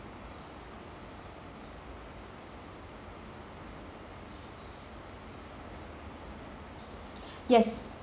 yes